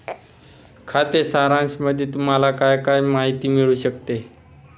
खाते सारांशामध्ये तुम्हाला काय काय माहिती मिळू शकते?